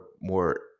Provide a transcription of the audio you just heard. more